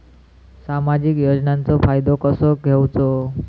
सामाजिक योजनांचो फायदो कसो घेवचो?